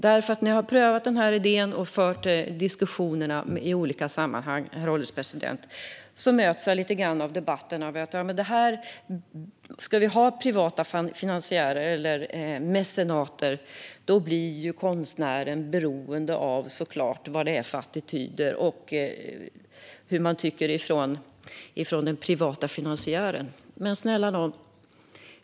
När jag har prövat den här idén och diskuterat detta i olika sammanhang möts jag av inställningen att om vi ska ha privata finansiärer, mecenater, blir konstnären beroende av vad den privata finansiären tycker. Men snälla nån!